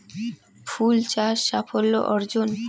ফুল চাষ সাফল্য অর্জন?